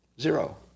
zero